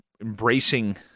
embracing